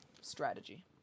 strategy